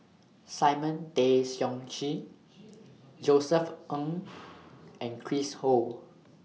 Simon Tay Seong Chee Josef Ng and Chris Ho